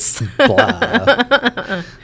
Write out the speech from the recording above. Blah